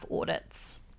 audits